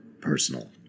Personal